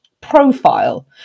profile